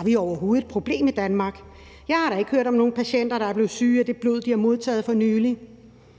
om vi overhovedet har et problem i Danmark, og tænker: Jeg har da ikke hørt om nogen patienter, der er blevet syge af det blod, de har modtaget for nylig.